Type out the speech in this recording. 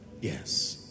Yes